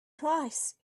twice